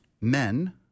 men